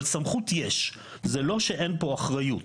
אבל סמכות יש, זה לא שאין פה אחריות.